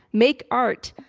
make art.